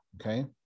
okay